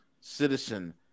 citizen